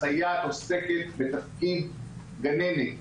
הסייעת עוסקת בתפקיד גננת.